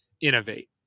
innovate